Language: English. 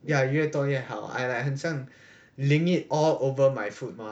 ya 越多越好 I like 很像淋 it all over my food mah